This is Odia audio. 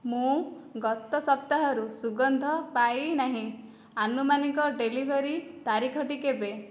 ମୁଁ ଗତ ସପ୍ତାହରୁ ସୁଗନ୍ଧ ପାଇ ନାହିଁ ଆନୁମାନିକ ଡେଲିଭରି ତାରିଖଟି କେବେ